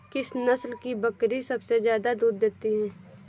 किस नस्ल की बकरी सबसे ज्यादा दूध देती है?